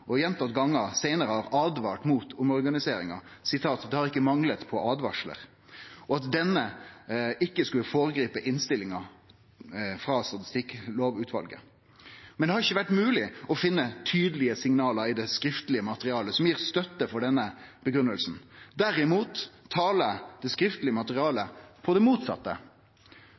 seinare har åtvara mot omorganiseringa – ho seier at det har ikkje mangla på åtvaringar – og at denne ikkje skulle føregripe innstillinga frå Statistikklovutvalet. Men det har ikkje vore mogleg å finne tydelege signal i det skriftlege materialet som gir støtte for denne grunngjevinga. Derimot taler det skriftlege materialet for det motsette